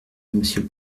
monsieur